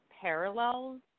parallels